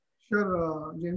Sure